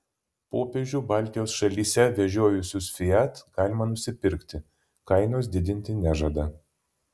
popiežių baltijos šalyse vežiojusius fiat galima nusipirkti kainos didinti nežada